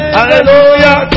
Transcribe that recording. Hallelujah